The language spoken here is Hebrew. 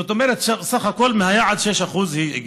זאת אומרת, בסך הכול מהיעד ל-6% היא הגיעה.